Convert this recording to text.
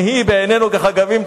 "ונהי בעינינו כחגבים".